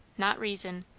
not reason,